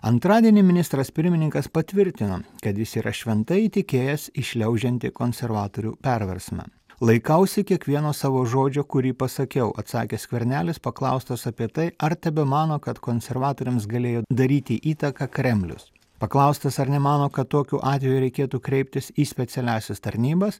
antradienį ministras pirmininkas patvirtino kad jis yra šventai įtikėjęs į šliaužiantį konservatorių perversmą laikausi kiekvieno savo žodžio kurį pasakiau atsakė skvernelis paklaustas apie tai ar tebemano kad konservatoriams galėjo daryti įtaką kremlius paklaustas ar nemano kad tokiu atveju reikėtų kreiptis į specialiąsias tarnybas